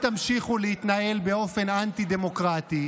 אתם תמשיכו להתנהל באופן אנטי-דמוקרטי,